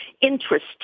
interest